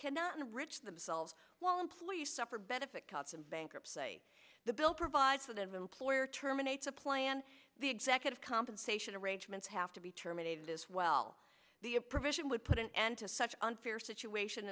cannot enrich themselves while employees suffer benefit cuts in bankruptcy the bill provides for them employer terminates a plan the executive compensation arrangements have to be terminated as well the a provision would put an end to such unfair situation